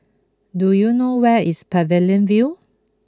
do you know where is Pavilion View